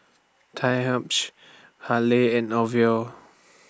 Halle and Orvel